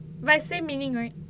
but is same meaning right